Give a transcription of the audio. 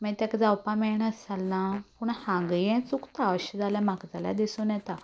मागीर तेक जावपा मेळना अशें जालना पूण हांगा हें चुकता अशें जाल्यार म्हाका जाल्यार दिसून येता